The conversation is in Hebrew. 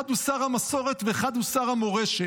אחד הוא שר המסורת, ואחד הוא שר המורשת.